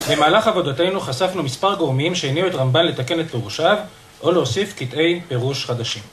במהלך עבודתנו חשפנו מספר גורמים שהניעו את רמב"ן לתקן את פירושיו או להוסיף קטעי פירוש חדשים